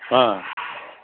ஆ